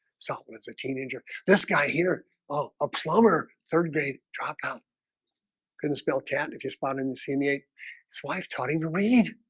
supplements a teenager this guy here ah a plumber third grade dropout couldn't spell can't if you spawn and didn't see me ate his wife taught him to read